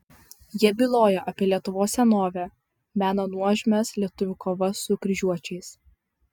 jie byloja apie lietuvos senovę mena nuožmias lietuvių kovas su kryžiuočiais